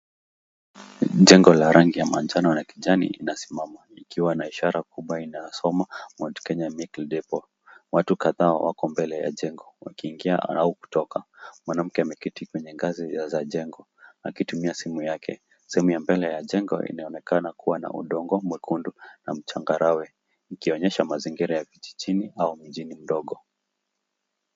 Jengo la rangi ya manjano na kijani linasimama likiwa na ishara kubwa inasoma Mount Kenya Milk Depot . Watu kadhaa wako mbele ya jengo wakiingia au kutoka. Mwanamke ameketi kwenye ngazi za jengo akitumia simu yake. Sehemu ya mbele ya jengo inaonekana kuwa na udongo mwekundu na mchangarawe, ikionyesha mazingira ya vijijini au mjini mdogo.